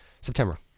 September